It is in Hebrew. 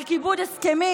על כיבוד הסכמים?